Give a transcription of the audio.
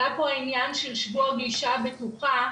עלה פה העניין של שבוע הגישה הבטוחה,